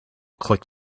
click